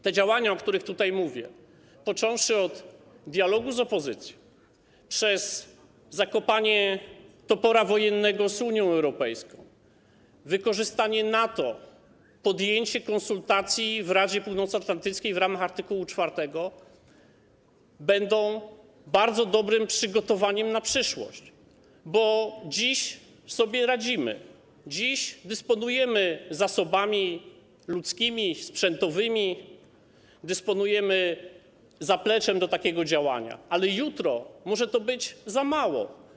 Te działania, o których tutaj mówię - począwszy od dialogu z opozycją, przez zakopanie topora wojennego z Unią Europejską, wykorzystanie NATO, podjęcie konsultacji w Radzie Północnoatlantyckiej w ramach art. 4 - będą bardzo dobrym przygotowaniem na przyszłość, bo dziś sobie radzimy, dziś dysponujemy zasobami ludzkimi, sprzętowymi, dysponujemy zapleczem do takiego działania, ale jutro może to być za mało.